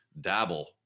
dabble